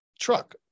truck